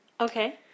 Okay